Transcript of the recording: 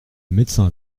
médecin